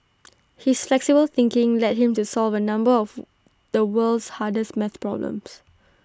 his flexible thinking led him to solve A number of the world's hardest math problems